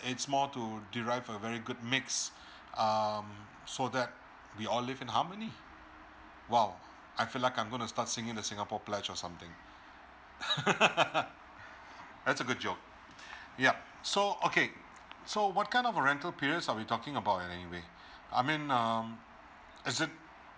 it's more to derive to a very good mix um so that we all live in harmony !wow! I feel like I'm gonna start singing the singapore pledge or something that's good joke yup so okay so what kind of a rental periods are we talking about anyway I mean um is it